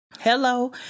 Hello